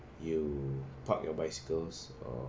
you park your bicycles or